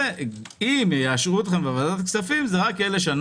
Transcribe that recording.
ואם יאשרו אתכם בוועדת הכספים זה יהיה לשנה